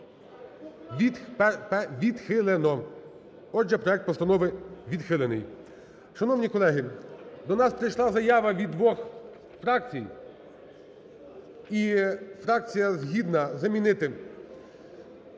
відхилено. Отже, проект постанови відхилений. Шановні колеги, до нас прийшла заява від двох фракцій і фракція згідна замінити